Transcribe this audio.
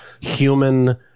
human